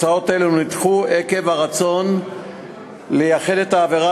הצעות אלה נדחו עקב הרצון לייחד את העבירה